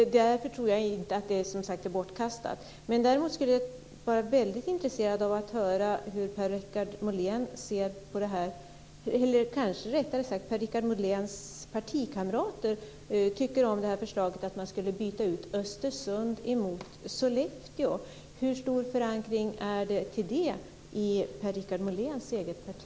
Därför tror jag som sagt inte att det är bortkastat. Däremot skulle jag vara väldigt intresserad av att höra vad Per-Richard Molén, eller rättare sagt Per Richard Moléns partikamrater, tycker om förslaget att man skulle byta ut Östersund mot Sollefteå. Hur stor förankring finns det för det i Per-Richards Moléns eget parti?